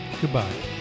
Goodbye